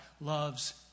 loves